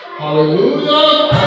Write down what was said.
hallelujah